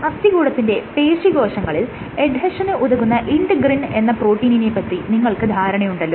അസ്ഥികൂടത്തിന്റെ പേശി കോശങ്ങളിൽ എഡ്ഹെഷന് ഉതകുന്ന ഇന്റെഗ്രിൻ എന്ന പ്രോട്ടീനിനെ പറ്റി നിങ്ങൾക്ക് ധാരണയുണ്ടല്ലോ